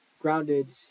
grounded